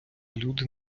люди